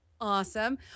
Awesome